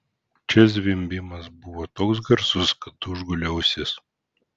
čia zvimbimas buvo toks garsus kad užgulė ausis